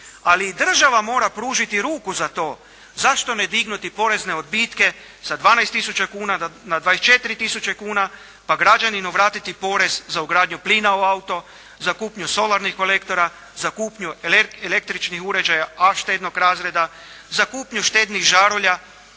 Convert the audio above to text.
Ali i država mora pružiti ruku za to. Zašto ne dignuti porezne odbitke sa 12 tisuća kuna na 24 tisuće kuna pa građaninu vratiti porez za ugradnju plina u auto, za kupnju solarnih kolektora, za kupnju električnih uređaja A štednog razreda, za kupnju štednih žarulja